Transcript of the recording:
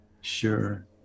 sure